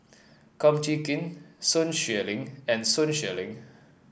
Kum Chee Kin Sun Xueling and Sun Xueling